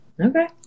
Okay